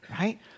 right